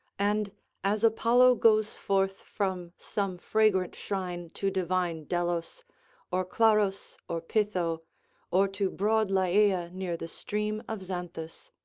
and as apollo goes forth from some fragrant shrine to divine delos or claros or pytho or to broad lyeia near the stream of xanthus,